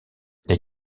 les